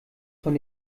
von